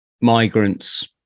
migrants